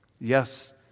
Yes